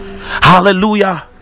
hallelujah